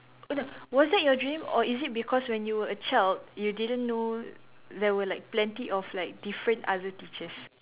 eh no was that your dream or is it because when you were a child you didn't know there were like plenty of like different other teachers